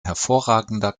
hervorragender